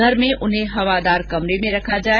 घर में उन्हें हवादार कमरे में रखें